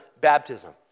baptism